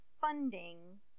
funding